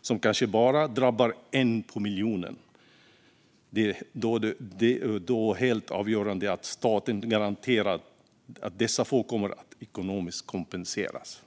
som kanske bara drabbar en på miljonen. Det är då helt avgörande att staten garanterar att dessa få kommer att kompenseras ekonomiskt.